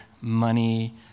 money